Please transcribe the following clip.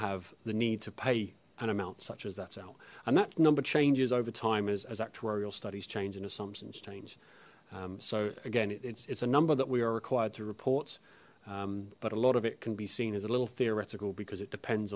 have the need to pay an amount such as that cell and that number changes over time as actuarial studies change in assumptions change so again it's it's a number that we are required to report but a lot of it can be seen as a little theoretical because it depends